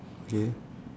okay